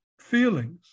feelings